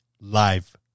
live